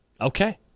Okay